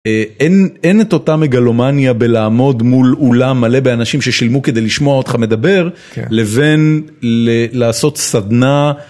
אין את אותה מגלומניה בלעמוד מול אולם מלא באנשים ששילמו כדי לשמוע אותך מדבר לבין לעשות סדנה.